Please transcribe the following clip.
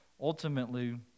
Ultimately